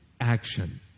action